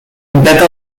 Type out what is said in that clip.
beta